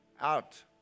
out